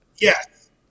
Yes